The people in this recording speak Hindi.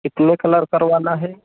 कितने कलर करवाना है